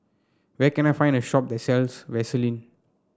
where can I find the shop that sells Vaselin